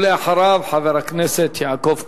ואחריו, חבר הכנסת יעקב כץ.